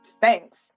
Thanks